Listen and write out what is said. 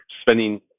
spending